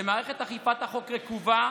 כשמערכת אכיפת החוק רקובה,